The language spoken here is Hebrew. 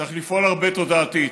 צריך לפעול הרבה תודעתית.